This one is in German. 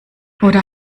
oder